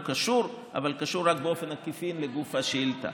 הוא קשור, אבל קשור רק באופן עקיף לגוף השאילתה.